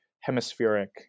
hemispheric